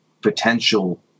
potential